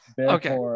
okay